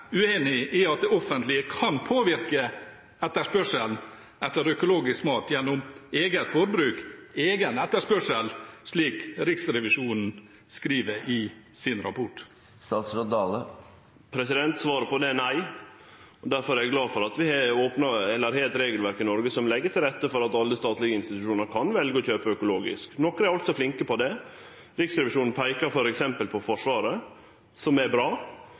i at det offentlige kan påvirke etterspørselen etter økologisk mat gjennom eget forbruk, egen etterspørsel, slik Riksrevisjonen skriver i sin rapport? Svaret på det er nei, og difor er eg glad for at vi har eit regelverk i Noreg som legg til rette for at alle statlege institusjonar kan velje å kjøpe økologisk. Nokre er flinke til det. Riksrevisjonen peikar f.eks. på Forsvaret, som er bra.